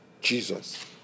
Jesus